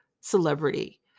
celebrity